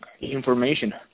information